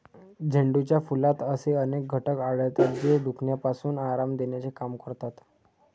झेंडूच्या फुलात असे अनेक घटक आढळतात, जे दुखण्यापासून आराम देण्याचे काम करतात